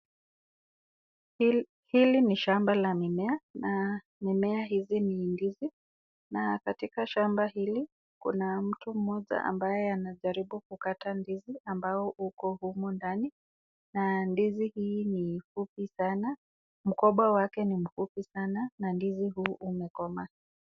Hili ni shamba la mimea na mimea hizi ni ndizi na katika shamba hili kuna mtu mmoja ambaye anajaribu kukata ndizi ambao uko humu ndani na ndizi hii ni fupi sana. Mgomba wake ni mfupi sana na ndizi huu umekomaa.